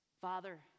Father